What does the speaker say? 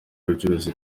y’ubucuruzi